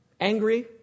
angry